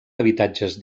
habitatges